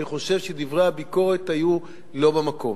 אני חושב שדברי הביקורת היו לא במקום.